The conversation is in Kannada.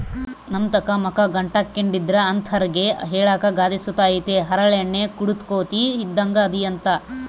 ನಮ್ತಾಕ ಮಕ ಗಂಟಾಕ್ಕೆಂಡಿದ್ರ ಅಂತರ್ಗೆ ಹೇಳಾಕ ಗಾದೆ ಸುತ ಐತೆ ಹರಳೆಣ್ಣೆ ಕುಡುದ್ ಕೋತಿ ಇದ್ದಂಗ್ ಅದಿಯಂತ